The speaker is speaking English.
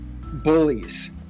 bullies